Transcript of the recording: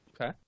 Okay